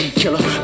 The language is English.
killer